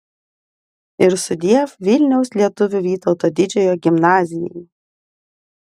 ir sudiev vilniaus lietuvių vytauto didžiojo gimnazijai